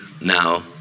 now